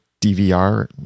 DVR